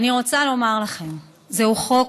אני רוצה לומר לכם שזהו חוק